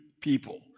people